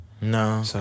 No